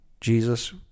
Jesus